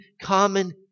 common